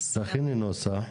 תכיני נוסח.